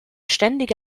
ständige